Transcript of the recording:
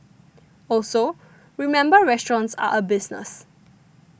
also remember restaurants are a business